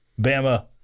Bama